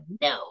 no